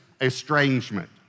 estrangement